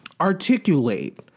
Articulate